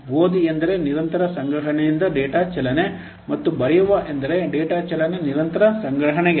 ಓದಿ ಎಂದರೆ ನಿರಂತರ ಸಂಗ್ರಹಣೆಯಿಂದ ಡೇಟಾ ಚಲನೆ ಮತ್ತು ಬರೆಯುವ ಎಂದರೆ ಡೇಟಾ ಚಲನೆ ನಿರಂತರ ಸಂಗ್ರಹಣೆಗೆ